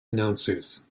announcers